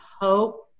hope